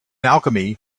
alchemy